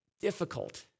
difficult